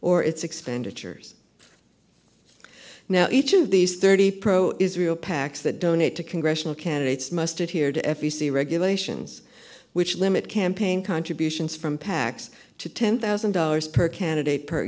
or its expenditures now each of these thirty pro israel pacs that donate to congressional candidates must adhere to f e c regulations which limit campaign contributions from pacs to ten thousand dollars per candidate per